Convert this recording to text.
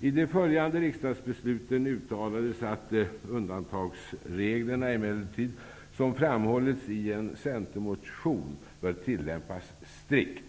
I de följande riksdagsbesluten uttalades ''att undantagsreglerna emellertid, såsom framhållits i en motion bör tillämpas strikt''.